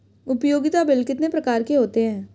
उपयोगिता बिल कितने प्रकार के होते हैं?